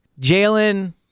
Jalen